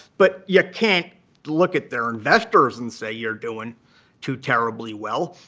but you can't look at their investors and say you're doing too terribly well.